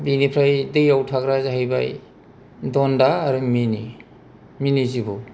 बेनिफ्राय दैयाव थाग्रा जाहैबाय दन्दा आरो मिनि मिनि जिबौ